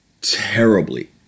terribly